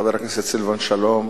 חבר הכנסת סילבן שלום